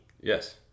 Yes